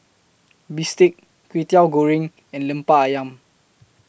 Bistake Kway Teow Goreng and Lemper Ayam